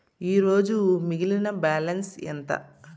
ఈరోజు మిగిలిన బ్యాలెన్స్ ఎంత?